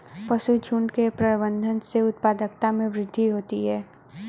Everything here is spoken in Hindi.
पशुझुण्ड के प्रबंधन से उत्पादकता में वृद्धि होती है